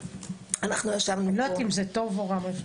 לא יודעת אם זה טוב או רע.